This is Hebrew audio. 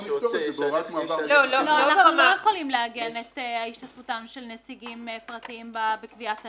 אנחנו לא יכולים לעגן את השתתפותם של נציגים פרטיים בקביעת הנוהל.